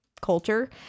culture